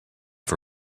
for